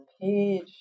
page